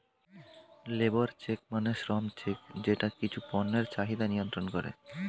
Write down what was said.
labour check মানে শ্রম check যেটা কিছু পণ্যের চাহিদা নিয়ন্ত্রন করে